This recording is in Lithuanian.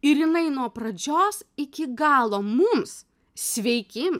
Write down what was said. ir jinai nuo pradžios iki galo mums sveiki